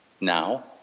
Now